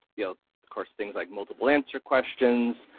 you know course things like multiple answer questions.